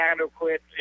adequate